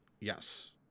Yes